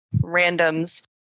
randoms